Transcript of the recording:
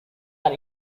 are